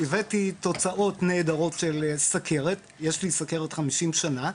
הבאתי תוצאות נהדרות של סכרת, יש לי סכרת 50 שנה,